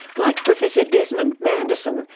like professor desmond manderson,